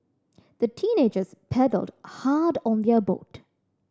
the teenagers paddled hard on their boat